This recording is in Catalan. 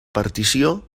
partició